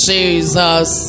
Jesus